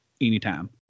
anytime